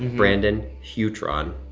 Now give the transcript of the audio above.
brandon huitron,